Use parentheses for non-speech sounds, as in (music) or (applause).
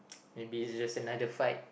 (noise) maybe it's just another fight